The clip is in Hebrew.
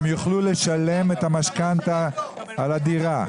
הם יוכלו לשלם את המשכנתה על הדירה?